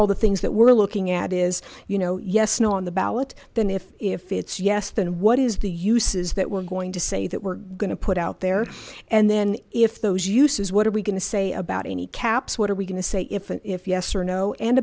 all the things that we're looking at is you know yes no on the ballot then if if it's yes then what is the uses that we're going to say that we're going to put out there and then if those uses what are we going to say about any caps what are we going to say if yes or no and